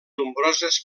nombroses